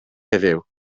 heddiw